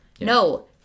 no